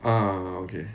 ah